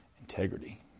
Integrity